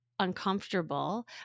uncomfortable